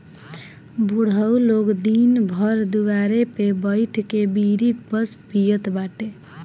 बुढ़ऊ लोग दिन भर दुआरे पे बइठ के बीड़ी बस पियत बाटे